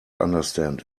understand